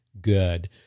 good